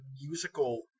musical